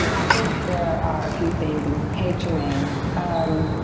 i think there are a few things, and hey, trymaine. um